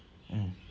mm